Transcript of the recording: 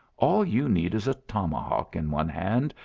all you need is a tomahawk in one hand,